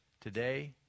today